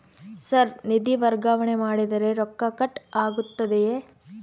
Sir ನಿಧಿ ವರ್ಗಾವಣೆ ಮಾಡಿದರೆ ರೊಕ್ಕ ಕಟ್ ಆಗುತ್ತದೆಯೆ?